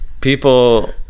people